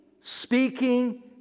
speaking